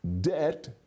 debt